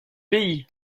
pays